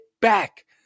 back